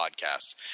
podcasts